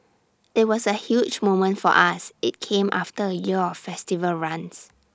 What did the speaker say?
IT was A huge moment for us IT came after A year of festival runs